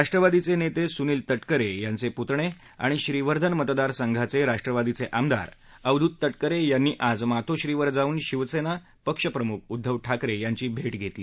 राष्ट्रवादीचे नेते सुनील तटकरे यांचे पुतणे आणि श्रीवर्धन मतदार संघाचे राष्ट्रवादीचे आमदार अवधृत तटकरे यांनी आज मातोश्रीवर जाऊन शिवसेना पक्षप्रमुख उध्दव ठाकरे यांची भेट घेतली